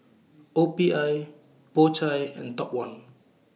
O P I Po Chai and Top one